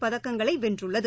பதக்கங்களைவென்றுள்ளது